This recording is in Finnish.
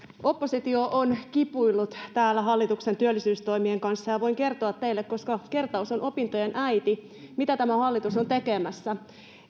oppositio on kipuillut täällä hallituksen työllisyystoimien kanssa ja ja voin kertoa teille koska kertaus on opintojen äiti mitä tämä hallitus on tekemässä